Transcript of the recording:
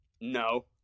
no